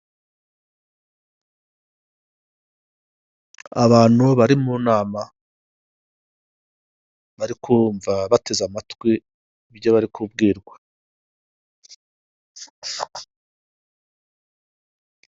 Abantu bari mu nama, barikumva bateze amatwi ibyo bari kubwirwa.